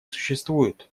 существует